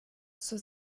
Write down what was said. zur